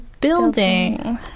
Building